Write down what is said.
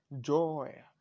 joy